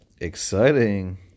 Exciting